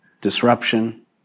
disruption